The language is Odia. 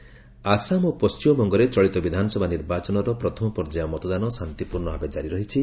ଭୋଟିଂ ଆସାମ ଓ ପଶ୍ଚିମବଙ୍ଗରେ ଚଳିତ ବିଧାନସଭା ନିର୍ବାଚନର ପ୍ରଥମ ପର୍ଯ୍ୟାୟ ମତଦାନ ଶାନ୍ତିପୂର୍ଣ୍ଣ ଭାବେ ଜାରି ରହିଛି